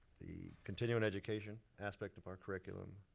the continuing education aspect of our curriculum.